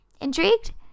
Intrigued